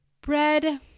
bread